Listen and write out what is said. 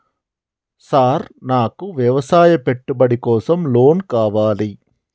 Sir నాకు వ్యవసాయ పెట్టుబడి కోసం లోన్ కావాలి?